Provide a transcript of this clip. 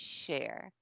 share